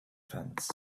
fence